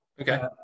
Okay